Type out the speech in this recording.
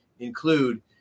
include